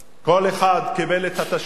כל אחד קיבל את התשלום,